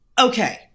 okay